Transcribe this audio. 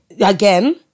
Again